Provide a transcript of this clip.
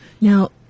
Now